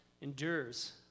endures